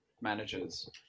managers